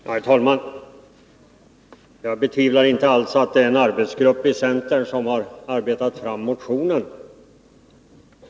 Herr talman! Jag betvivlar inte alls att det är en arbetsgrupp i centern som har tagit fram motionen.